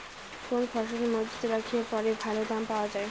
কোন ফসল মুজুত রাখিয়া পরে ভালো দাম পাওয়া যায়?